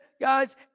guys